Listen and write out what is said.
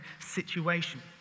situation